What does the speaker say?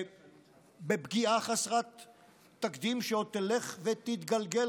פגיעה חסרת תקדים שעוד תלך ותתגלגל,